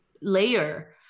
layer